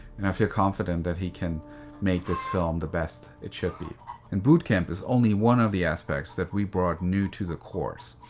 and i feel confident that he can make this film the best it should be and bootcamp is only of the aspects that we brought new to the course.